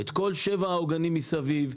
את כל שבעה העוגנים מסביב,